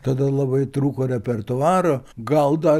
tada labai trūko repertuaro gal dar